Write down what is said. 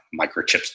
microchips